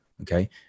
Okay